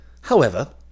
However